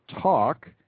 Talk